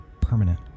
permanent